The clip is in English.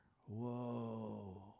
Whoa